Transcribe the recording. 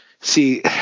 see